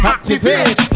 Activate